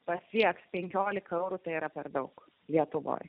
pasieks penkiolika eurų tai yra per daug lietuvoje